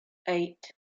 eight